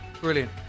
Brilliant